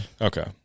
Okay